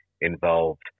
involved